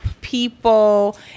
people